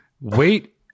wait